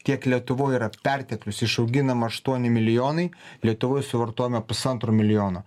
tiek lietuvoj yra perteklius išauginama aštuoni milijonai lietuvoj suvartojame pusantro milijono